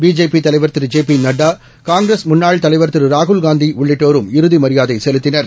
BJP தலைவர் Thiru J P Nadda Congress முன்னாள் தலைவர் திரு ராகுல்காந்தி உள்ளிட்டோரும் இறுதி மரியாதை செலுத்தினர்